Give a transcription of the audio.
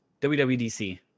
WWDC